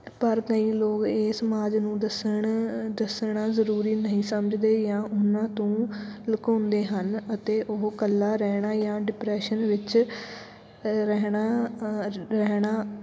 ਪਰ ਕਈ ਲੋਕ ਇਹ ਸਮਾਜ ਨੂੰ ਦੱਸਣ ਦੱਸਣਾ ਜ਼ਰੂਰੀ ਨਹੀਂ ਸਮਝਦੇ ਜਾਂ ਉਹਨਾਂ ਤੋਂ ਲੁਕਾਉਂਦੇ ਹਨ ਅਤੇ ਉਹ ਇਕੱਲਾ ਰਹਿਣਾ ਜਾਂ ਡਿਪਰੈਸ਼ਨ ਵਿੱਚ ਰਹਿਣਾ ਰਹਿਣਾ